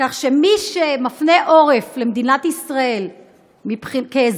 כך שמי שמפנה עורף למדינת ישראל כאזרח